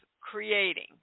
creating